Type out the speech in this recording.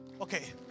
Okay